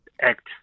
act